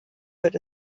wird